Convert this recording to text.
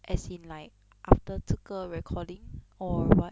as in like after 这个 recording or what